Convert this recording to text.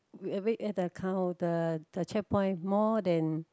we wait at the car of the the checkpoint more than